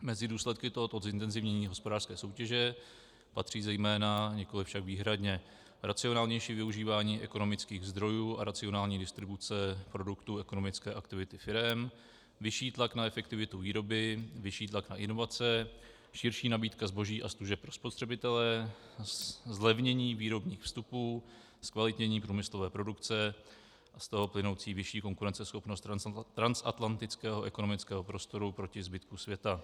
Mezi důsledky tohoto zintenzivnění hospodářské soutěže patří zejména, nikoliv však výhradně, racionálnější využívání ekonomických zdrojů a racionální distribuce produktů ekonomické aktivity firem, vyšší tlak na efektivitu výroby, vyšší tlak na inovace, širší nabídka zboží a služeb pro spotřebitele, zlevnění výrobních vstupů, zkvalitnění průmyslové produkce a z toho plynoucí vyšší konkurenceschopnost transatlantického ekonomického prostoru proti zbytku světa.